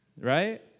Right